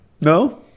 No